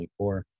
24